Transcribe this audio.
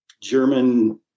German